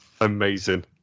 Amazing